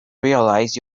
realize